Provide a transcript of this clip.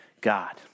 God